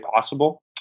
possible